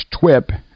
twip